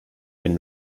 been